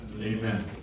amen